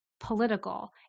political